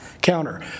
counter